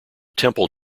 temple